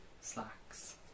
slacks